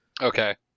Okay